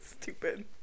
stupid